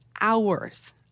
hours